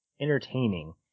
entertaining